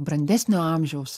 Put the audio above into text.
brandesnio amžiaus